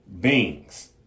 beings